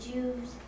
Jews